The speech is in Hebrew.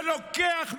ולוקח,